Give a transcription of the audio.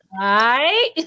Right